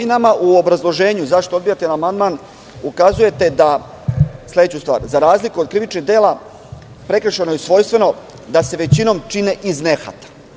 U obrazloženju zašto odbijate amandman ukazujete na sledeću stvar – za razliku od krivičnih dela prekršajno i svojstveno da se većinom čine iz nehata.